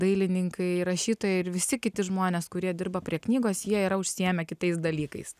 dailininkai ir rašytojai ir visi kiti žmonės kurie dirba prie knygos jie yra užsiėmę kitais dalykais